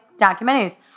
documentaries